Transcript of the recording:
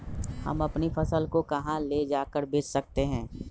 हम अपनी फसल को कहां ले जाकर बेच सकते हैं?